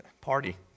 party